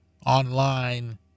Online